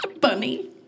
Bunny